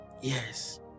yes